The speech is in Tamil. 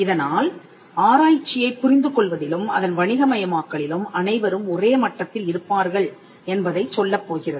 இதனால் ஆராய்ச்சியைப் புரிந்து கொள்வதிலும் அதன் வணிக மயமாக்கலிலும் அனைவரும் ஒரே மட்டத்தில் இருப்பார்கள் என்பதைச் சொல்லப் போகிறது